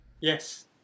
Yes